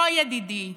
לא, ידידי,